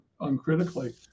uncritically